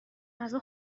غذا